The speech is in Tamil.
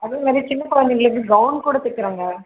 அதேமாதிரி சின்ன குழந்தைங்களுக்கு கௌன் கூட தைக்கிறோங்க